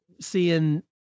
seeing